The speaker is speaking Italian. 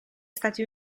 stati